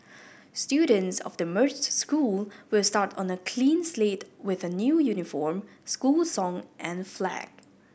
students of the merged school will start on a clean slate with a new uniform school song and flag